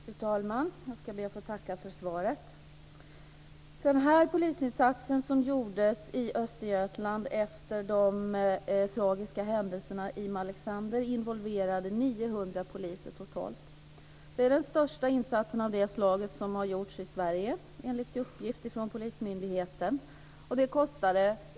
Fru talman! Jag ska be att få tacka för svaret. Den polisinsats som gjordes i Östergötland efter de tragiska händelserna i Malexander involverade totalt 900 poliser. Det är den största insats av det slaget som har gjorts i Sverige, enligt uppgift från polismyndigheten.